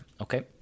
okay